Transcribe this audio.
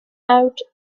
out